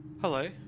Hello